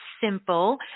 simple